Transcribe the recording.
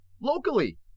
Locally